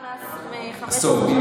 עשור, בדיוק.